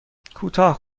کوتاه